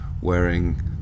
Wearing